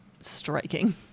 striking